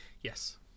Yes